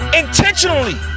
intentionally